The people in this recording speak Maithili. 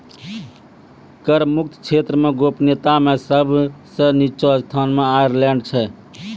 कर मुक्त क्षेत्र मे गोपनीयता मे सब सं निच्चो स्थान मे आयरलैंड छै